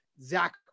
Zach